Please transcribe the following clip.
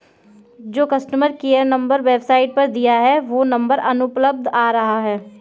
जो customer care number website पर दिया है वो नंबर अनुपलब्ध आ रहा है